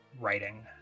writing